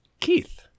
Keith